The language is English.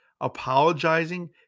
apologizing